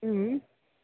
ಹ್ಞೂ